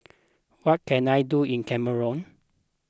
what can I do in Cameroon